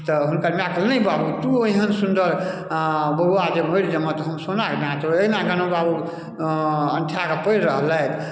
तऽ हुनकर माय कहलखिन नहि बाबू तू एहन सुन्दर आ बउआ जे मरि जेमा तऽ हम सोनाके दाँत ओहिना गोनू बाबू अऽ अनठाकऽ पड़ि रहलथि